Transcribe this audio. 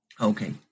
okay